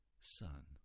Son